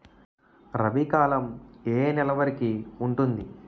రబీ కాలం ఏ ఏ నెల వరికి ఉంటుంది?